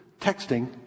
texting